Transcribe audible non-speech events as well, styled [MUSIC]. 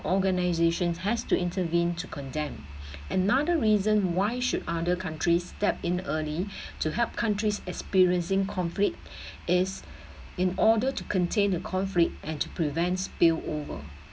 organizations has to intervene to condemn [BREATH] another reason why should other countries step in early [BREATH] to help countries experiencing conflict is in order to contain the conflict and to prevent spill over